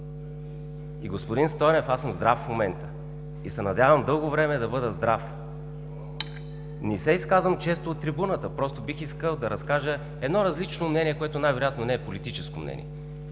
Господин Стойнев, аз съм здрав в момента и се надявам дълго време да съм здрав! Не се изказвам често от трибуната, просто искам да разкажа едно различно мнение, което най-вероятно не е политическо,